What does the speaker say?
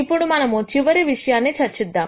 ఇప్పుడు మనము చివరి విషయాన్ని చర్చిద్దాం